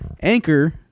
Anchor